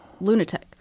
lunatic